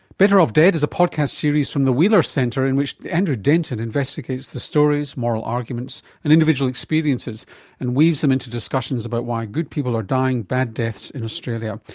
better off dead is a podcast series from the wheeler centre in which andrew denton investigates the stories, moral arguments and individual experiences and weaves them into discussions about why good people are dying bad deaths in australia,